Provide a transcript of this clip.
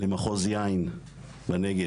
למחוז יין בנגב.